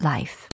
Life